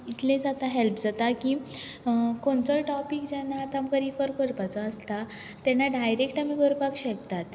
इतलें जाता हेल्प जाता की खंयचोय टोपीक जेन्ना आमकां आतां रिफर करपाचो आसता तेन्ना डायरेक्ट आमी करपाक शकतात